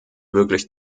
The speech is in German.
wirklich